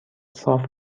صاف